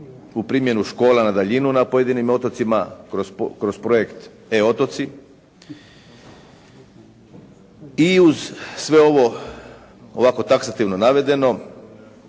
u primjenu škola na daljinu na pojedinim otocima kroz projekt E otoci. I uz sve ovo, ovako taksativno navedeno,